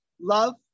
love